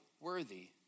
worthy